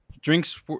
drinks